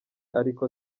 ariko